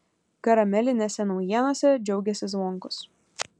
karamelinėse naujienose džiaugėsi zvonkus